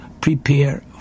prepare